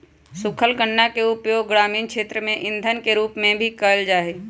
सूखल गन्ना के उपयोग ग्रामीण क्षेत्र में इंधन के रूप में भी कइल जाहई